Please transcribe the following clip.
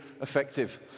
effective